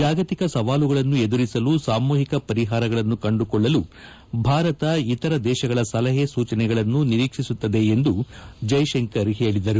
ಜಾಗತಿಕ ಸವಾಲುಗಳನ್ನು ಎದುರಿಸಲು ಸಾಮೂಹಿಕ ಪರಿಹಾರಗಳನ್ನು ಕಂಡುಕೊಳ್ಳಲು ಭಾರತ ಇತರ ದೇಶಗಳ ಸಲಹೆ ಸೂಚನೆಗಳನ್ನು ನಿರೀಕ್ಷಿಸುತ್ತದೆ ಎಂದು ಜಯಶಂಕರ್ ಹೇಳಿದರು